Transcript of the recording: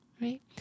right